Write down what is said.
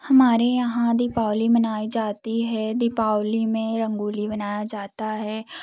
हमारे यहाँ दीपावली मनाई जाती है दीपावली में रंगोली बनाया जाता है